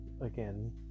again